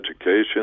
education